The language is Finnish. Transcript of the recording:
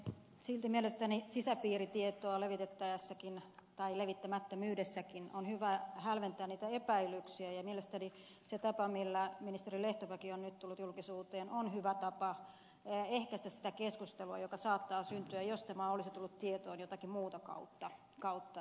silti mielestäni sisäpiiritietoa levitettäessäkin tai sen levittämättömyydessäkin on hyvä hälventää niitä epäilyksiä ja mielestäni se tapa millä ministeri lehtomäki on nyt tullut julkisuuteen on hyvä tapa ehkäistä sitä keskustelua joka olisi saattanut syntyä jos tämä olisi tullut tietoon jotakin muuta kautta